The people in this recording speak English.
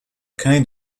kind